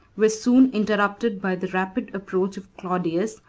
were soon interrupted by the rapid approach of claudius,